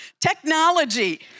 technology